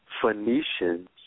Phoenicians